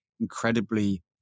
incredibly